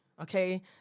Okay